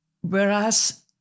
Whereas